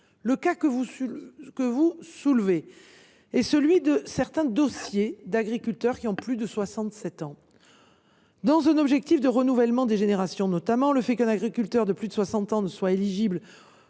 le sénateur. Vous soulevez le cas de certains dossiers d’agriculteurs qui ont plus de 67 ans. Dans un objectif de renouvellement des générations notamment, le fait qu’un agriculteur de plus de 60 ans ne soit éligible